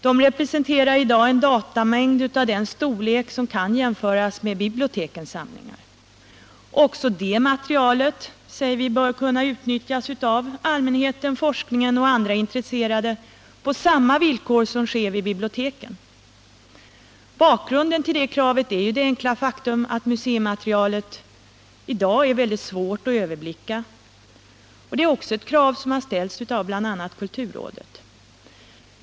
De representerar i dag en datamängd av en storlek som kan jämföras med bibliotekens samlingar. Också det materialet bör kunna utnyttjas av allmänheten, forskningen och andra intresserade på samma villkor som sker vid biblioteken, framhåller vi i motionen. Bakgrunden till detta krav är ju bl.a. det enkla faktumet att museimaterialet är svårt att överblicka i dag. Kravet har också ställts av bl.a. kulturrådet.